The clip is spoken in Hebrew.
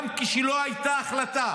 גם כשלא הייתה החלטה